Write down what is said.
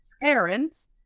parents